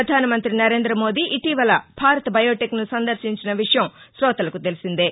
ప్రధానమంత్రి నరేంద్రమోదీ ఇటీవల భారత్ బయోటెక్ను సందర్శించిన విషయం శోతలకు తెలిసిందే